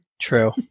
True